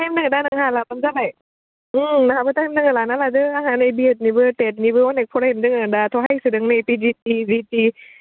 time दोङोना नोंहा लाब्लानो जाबाय आहाबो टाइम नांगो लाना लादो आहानै बिएडनिबो टेटनिबो हनै फरायनो दोङो दाथ' हायसोदों नै टिडिसि बिटि